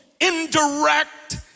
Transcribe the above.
indirect